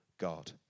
God